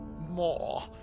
more